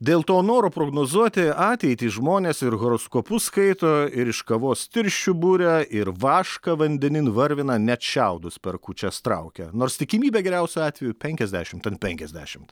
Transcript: dėl to noro prognozuoti ateitį žmonės ir horoskopus skaito ir iš kavos tirščių buria ir vašką vandenin varvina net šiaudus per kūčias traukia nors tikimybė geriausiu atveju penkiasdešimt ant penkiasdešimt